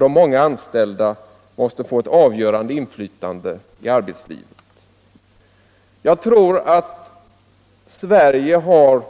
De många anställda måste få ett avgörande inflytande i arbetslivet. Jag tror att Sverige har